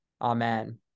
Amen